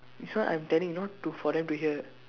this one I'm telling not to for them to hear